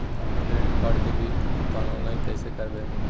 अपन credit card के bill के भुगतान ऑनलाइन कैसे करबैय?